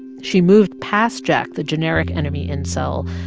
she moved past jack, the generic enemy incel,